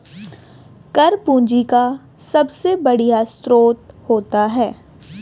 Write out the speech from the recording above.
कर पूंजी का सबसे बढ़िया स्रोत होता है